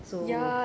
so